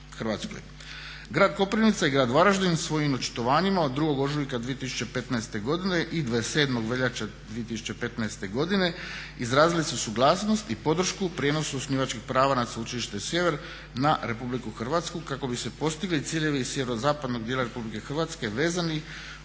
Hrvatskoj. Grad Koprivnica i Grad Varaždin svojim očitovanjima od 2.ožujka 2015.godine i 27.veljače 2015.godine izrazili su suglasnost i podršku u prijenosu osnivačkih prava nad Sveučilištem Sjever na RH kako bi se postigli ciljevi sjeverozapadnog dijela RH vezani